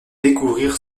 découvrir